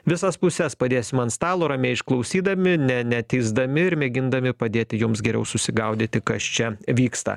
visas puses padėsim ant stalo ramiai išklausydami ne neteisdami ir mėgindami padėti jums geriau susigaudyti kas čia vyksta